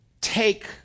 take